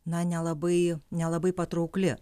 na nelabai nelabai patraukli